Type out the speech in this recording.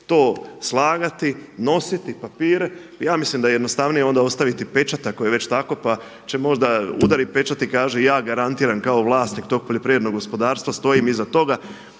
to slagati, nositi papire. Ja mislim da je jednostavnije onda ostaviti pečat ako je već tako pa će možda udariti pečat i kaže, ja garantiram kao vlasnik tog poljoprivrednog gospodarstva, stojim iza toga,